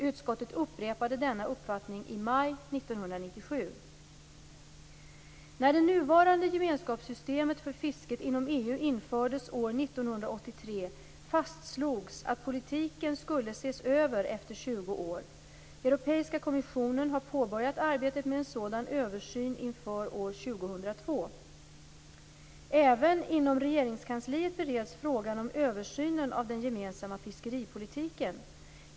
Utskottet upprepade denna uppfattning i maj 1997. När det nuvarande gemenskapssystemet för fisket inom EU infördes år 1983 fastslogs att politiken skulle ses över efter 20 år. Europeiska kommissionen har påbörjat arbetet med en sådan översyn inför år Även inom Regeringskansliet bereds frågan om översynen av den gemensamma fiskeripolitiken.